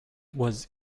was